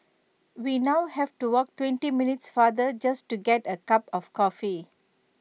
we now have to walk twenty minutes farther just to get A cup of coffee